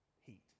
heat